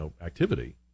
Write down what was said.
activity